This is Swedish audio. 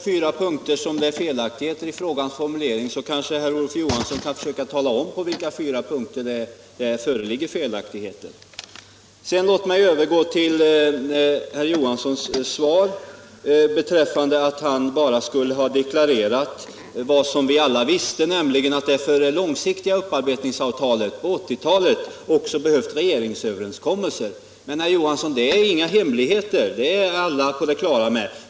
Herr talman! Om det nu är felaktigheter i frågans formulering på fyra punkter kanske herr Olof Johansson kan försöka tala om på vilka fyra punkter dessa felaktigheter föreligger. Låt mig sedan övergå till herr Johanssons svar och uppgiften att han bara skulle ha deklarerat vad vi alla visste, nämligen att det för det långsiktiga upparbetningsavtalet — på 1980-talet — också behövs regeringsöverenskommelser. Men, herr Johansson, det är inga hemligheter; det är alla på det klara med.